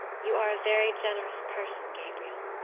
you are a very generous person, gabriel,